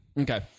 Okay